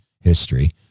history